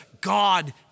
God